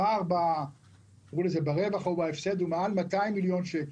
הפער ברווח הוא מעל 200 מיליון שקל,